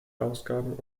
ausgaben